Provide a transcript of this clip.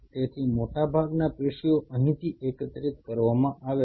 તેથી મોટાભાગના પેશીઓ અહીંથી એકત્રિત કરવામાં આવે છે